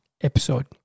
episode